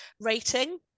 rating